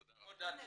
תודה.